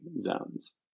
zones